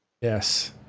Yes